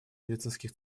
медицинских